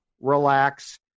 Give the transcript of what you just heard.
relax